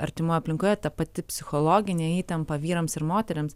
artimoj aplinkoje ta pati psichologinė įtampa vyrams ir moterims